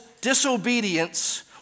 disobedience